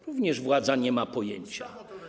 Również władza nie ma pojęcia.